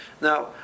now